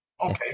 Okay